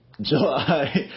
July